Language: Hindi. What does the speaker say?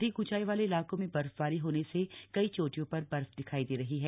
अधिक ऊंचाई वाले इलाकों में बर्फबारी होने से कई चोटियों पर बर्फ दिखाई दे रही है